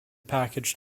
package